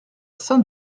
saint